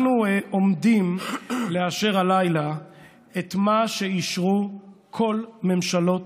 אנחנו עומדים לאשר הלילה את מה שאישרו כל ממשלות